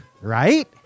right